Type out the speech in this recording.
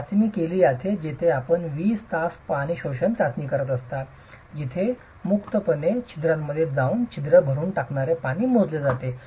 चाचणी केली जाते जेथे आपण 20 तास पाणी शोषण चाचणी करता जिथे मुक्तपणे छिद्रांमध्ये जाऊन छिद्र भरुन टाकणारे पाणी मोजले जाते